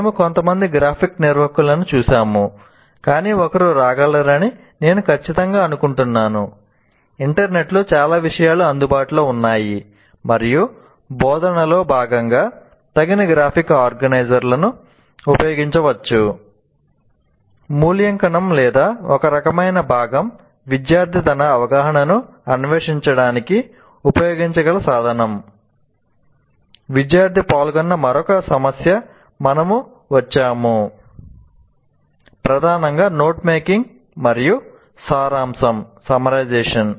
మేము కొంతమంది గ్రాఫిక్ నిర్వాహకులను చూశాము కాని ఒకరు రాగలరని నేను ఖచ్చితంగా అనుకుంటున్నాను విద్యార్థి పాల్గొన్న మరొక సమస్యకు మనము వచ్చాము ప్రధానంగా నోట్ మేకింగ్ మరియు సారాంశం